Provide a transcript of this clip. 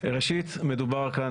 ראשית מדובר כאן,